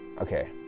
okay